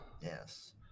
Yes